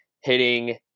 hitting